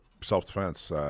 self-defense